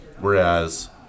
whereas